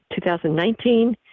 2019